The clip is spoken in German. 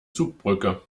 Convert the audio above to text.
zugbrücke